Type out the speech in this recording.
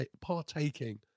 partaking